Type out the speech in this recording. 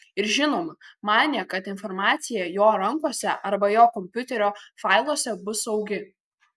ir žinoma manė kad informacija jo rankose arba jo kompiuterio failuose bus saugi